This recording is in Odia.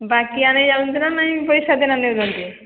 ବାକି ଆଣିଯାଉଛନ୍ତି ନା ନାଇଁ ପଇସା ଦେଇକିନା ନେଉଛନ୍ତି